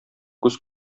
күз